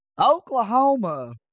Oklahoma